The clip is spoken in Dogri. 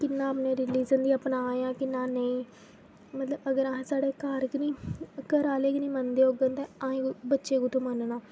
कि'न्ना अपने रिलिजन गी अपनाऽ जां कि'न्ना नेईं मतलब अगर अस साढ़े घर च नी घरा आह्ले गै निं मनदे होङन ते अहें बच्चें कु'त्थूं मनन्ना